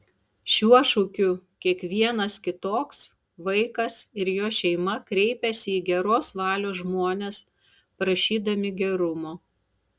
šiuo šūkiu kiekvienas kitoks vaikas ir jo šeima kreipiasi į geros valios žmones prašydami gerumo